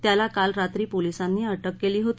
त्याला काल रात्री पोलीसांनी अटक केली होती